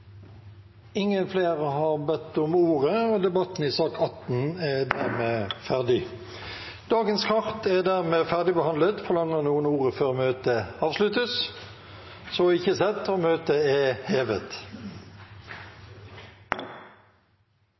Flere har ikke bedt om ordet til sak nr. 18. Dermed er sakene på dagens kart ferdigbehandlet. Forlanger noen ordet før møtet heves? – Så synes ikke, og møtet er hevet.